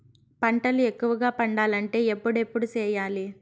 పంటల ఎక్కువగా పండాలంటే ఎప్పుడెప్పుడు సేయాలి?